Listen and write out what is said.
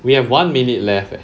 we have one minute left leh